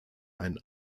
ein